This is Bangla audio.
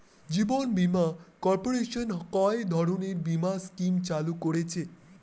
জীবন বীমা কর্পোরেশন কয় ধরনের বীমা স্কিম চালু করেছে?